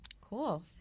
Cool